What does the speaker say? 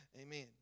amen